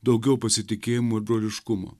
daugiau pasitikėjimo ir broliškumo